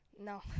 No